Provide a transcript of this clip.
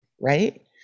right